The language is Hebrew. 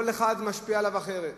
כל אחד, משפיע עליו אחרת.